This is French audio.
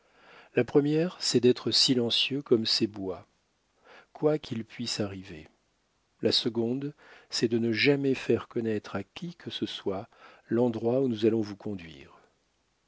la première c'est d'être silencieux comme ces bois quoi qu'il puisse arriver la seconde c'est de ne jamais faire connaître à qui que ce soit l'endroit où nous allons vous conduire